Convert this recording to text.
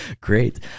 Great